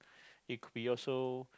it could be also